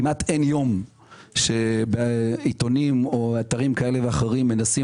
כמעט אין יום שעיתונאים או אתרים כאלה ואחרים מנסים